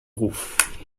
ruf